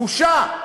בושה.